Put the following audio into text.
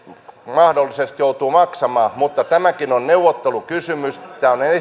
mahdollisesti joutuvat maksamaan mutta tämäkin on neuvottelukysymys on